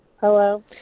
Hello